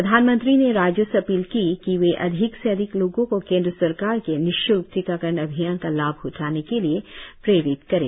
प्रधानमंत्री ने राज्यों से अपील की कि वे अधिक से अधिक लोगों को केन्द्र सरकार के निश्ल्क टीकाकरण अभियान का लाभ उठाने के लिए प्रेरित करें